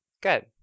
Good